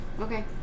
okay